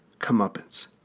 comeuppance